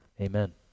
Amen